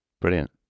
brilliant